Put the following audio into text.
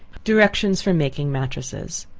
directions for making matresses.